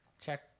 Check